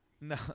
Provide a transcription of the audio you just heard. No